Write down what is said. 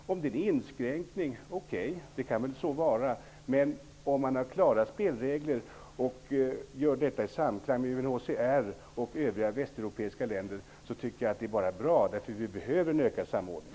Det må vara en inskränkning, men om man har klara spelregler och gör detta i samklang med UNHCR och övriga västeuropeiska länder är det bara bra, därför att vi behöver en ökad samordning.